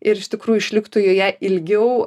ir iš tikrųjų išliktų joje ilgiau